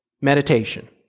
meditation